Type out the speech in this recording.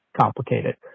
Complicated